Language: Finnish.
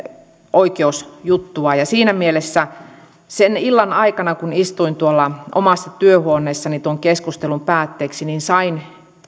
oikeusjuttua sen illan aikana kun istuin omassa työhuoneessani tuon keskustelun päätteeksi sain